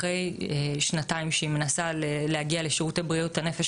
אחרי שנתיים שהיא מנסה להגיע לשירותי בריאות הנפש,